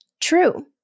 true